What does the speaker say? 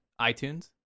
iTunes